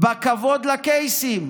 בכבוד לקייסים,